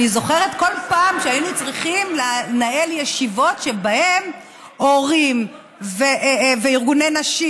בכל פעם שהיינו צריכים לנהל ישיבות שבהן הורים וארגוני נשים,